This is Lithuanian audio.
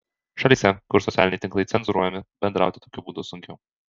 šalyse kur socialiniai tinklai cenzūruojami bendrauti tokiu būdu sunkiau